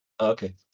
Okay